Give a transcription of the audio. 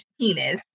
penis